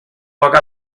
poc